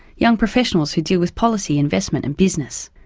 young professionals who deal with policy, investment and business.